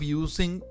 using